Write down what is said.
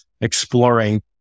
exploring